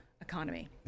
economy